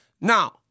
Now